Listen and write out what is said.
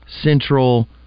Central